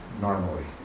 normally